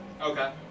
Okay